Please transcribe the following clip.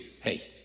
Hey